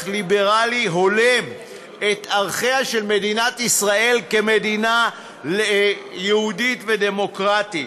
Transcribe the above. ליברלי ההולם את ערכיה של מדינת ישראל כמדינה יהודית ודמוקרטית.